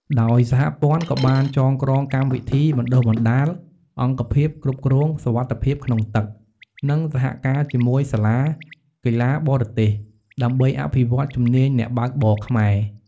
ដោយសហព័ន្ធក៏បានចងក្រងកម្មវិធីបណ្តុះបណ្តាល អង្គភាពគ្រប់គ្រងសុវត្ថិភាពក្នុងទឹក និងសហការជាមួយសាលាកីឡាបរទេស ដើម្បីអភិវឌ្ឍជំនាញអ្នកបើកបរខ្មែរ។